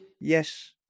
Yes